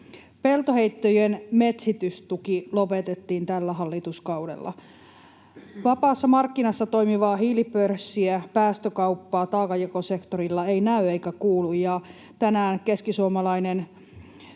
Peltoheittojen metsitystuki lopetettiin tällä hallituskaudella. Vapaassa markkinassa toimivaa hiilipörssiä, päästökauppaa taakanjakosektorilla ei näy eikä kuulu, ja tänään keskisuomalainen